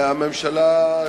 הממשלה,